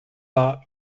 war